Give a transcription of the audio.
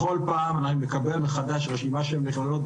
בכל פעם אני מקבל מחדש רשימה של מכללות.